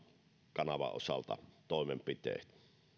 kanavan osalta